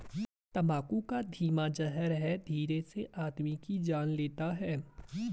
तम्बाकू एक धीमा जहर है धीरे से आदमी की जान लेता है